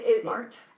Smart